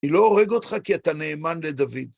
אני לא הורג אותך כי אתה נאמן לדוד.